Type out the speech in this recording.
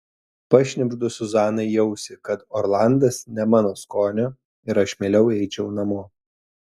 pašnibždu zuzanai į ausį kad orlandas ne mano skonio ir aš mieliau eičiau namo